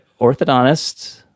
orthodontist